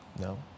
No